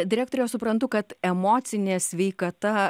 direktore o suprantu kad emocinė sveikata